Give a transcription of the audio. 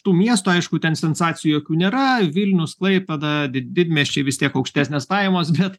tų miestų aišku ten sensacijų jokių nėra vilnius klaipėda di didmiesčiai vis tiek aukštesnės pajamos bet